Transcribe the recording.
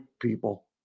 people